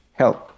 help